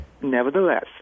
Nevertheless